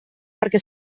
perquè